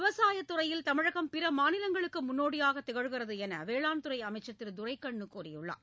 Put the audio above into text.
விவசாயத் துறையில் தமிழகம் பிற மாநிலங்களுக்கு முன்னோடியாக திகழ்கிறது என்று வேளாண் துறை அமைச்சர் திரு துரைக்கண்ணு கூறியுள்ளார்